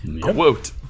Quote